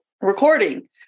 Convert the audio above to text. recording